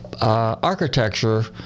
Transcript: architecture